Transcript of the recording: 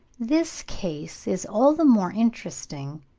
this case is all the more interesting,